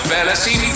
Fantasy